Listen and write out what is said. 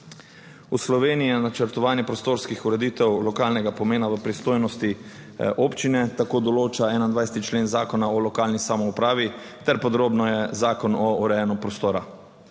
V Sloveniji je načrtovanje prostorskih ureditev lokalnega pomena v pristojnosti občine. Tako določa 21. člen Zakona o lokalni samoupravi ter podrobneje Zakon o urejanju prostora.